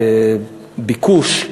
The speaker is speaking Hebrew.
לצד הביקוש,